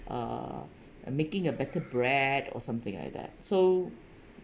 uh uh making a better bread or something like that so